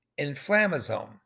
inflammasome